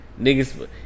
niggas